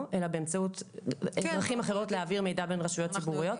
אלא באמצעות דרכים אחרות להעביר מידע בין רשויות ציבוריות.